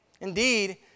Indeed